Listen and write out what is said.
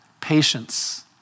patience